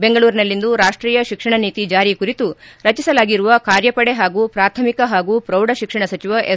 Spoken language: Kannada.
ಬೆಂಗಳೂರಿನಲ್ಲಿಂದು ರಾಷ್ಷೀಯ ಶಿಕ್ಷಣ ನೀತಿ ಜಾರಿ ಕುರಿತು ರಚಿಸಲಾಗಿರುವ ಕಾರ್ಯಪಡೆ ಹಾಗೂ ಪ್ರಾಥಮಿಕ ಹಾಗೂ ಪ್ರೌಢಶಿಕ್ಷಣ ಸಚಿವ ಎಸ್